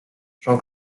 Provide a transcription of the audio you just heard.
jean